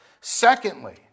Secondly